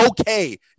okay